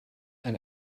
and